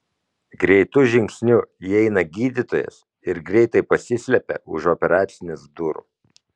greitu žingsniu įeina gydytojas ir greitai pasislepia už operacinės durų